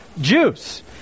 juice